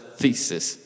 thesis